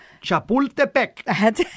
Chapultepec